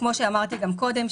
כפי שאמרתי גם קודם,